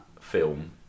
film